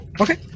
Okay